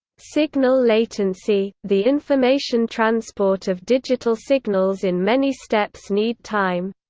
signal latency the information transport of digital signals in many steps need time.